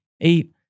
eight